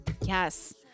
Yes